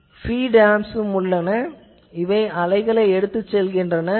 இந்த beat arms இவை அலைகளை எடுத்துச் செல்கின்றன